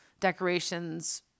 decorations